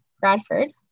Bradford